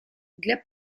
для